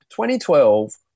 2012